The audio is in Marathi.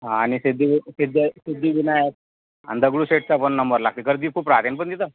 आणि ते दिवे ते द ते सिद्धिविनायक आणि दगडूशेठचा पण नंबर लागते गर्दी खूप राहते ना पण तिथं